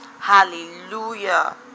Hallelujah